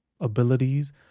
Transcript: abilities